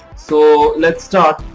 so lets start.